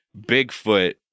Bigfoot